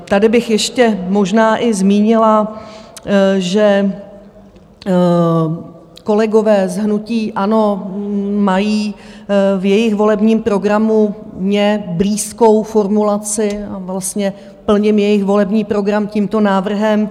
Tady bych ještě možná i zmínila, že kolegové z hnutí ANO mají v jejich volebním programu mně blízkou formulaci, a vlastně plním jejich volební program tímto návrhem.